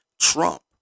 Trump